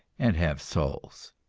and have souls.